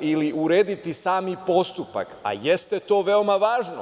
ili urediti sam postupak, a jeste to veoma važno.